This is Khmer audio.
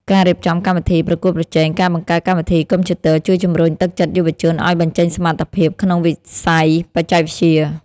ការរៀបចំកម្មវិធីប្រកួតប្រជែងការបង្កើតកម្មវិធីកុំព្យូទ័រជួយជំរុញទឹកចិត្តយុវជនឱ្យបញ្ចេញសមត្ថភាពក្នុងវិស័យបច្ចេកវិទ្យា។